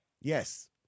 Yes